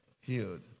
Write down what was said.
Healed